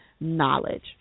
knowledge